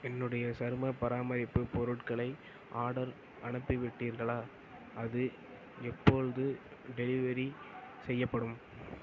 என்னுடைய சரும பராமரிப்புப் பொருட்களை ஆர்டர் அனுப்பிவிட்டீர்களா அது எப்பொழுது டெலிவரி செய்யப்படும்